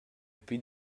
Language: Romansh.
pli